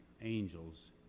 angels